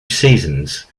seasons